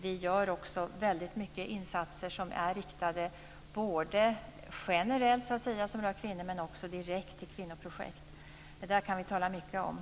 Vi gör också väldigt mycket av insatser som är inriktade generellt mot kvinnor men också direkt till kvinnoprojekt. Detta kan vi tala mycket om.